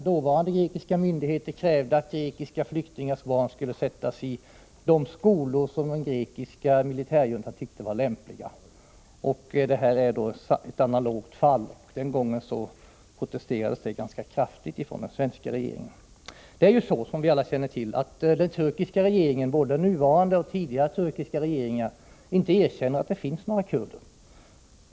Dåvarande grekiska myndigheter krävde att grekiska flyktingars barn skulle sättas i de skolor som militärjuntan tyckte var lämpliga, och detta är ett analogt fall. Den gången protesterade den svenska regeringen ganska kraftigt. Den turkiska regeringen, såväl den nuvarande som tidigare regeringar, erkänner inte — som vi alla vet — att det finns några kurder.